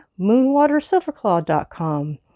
MoonWaterSilverClaw.com